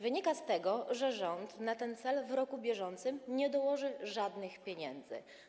Wynika z tego, że rząd na ten cel w roku bieżącym nie dołoży żadnych pieniędzy.